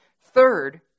Third